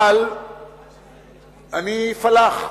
אבל אני פלאח.